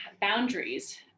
boundaries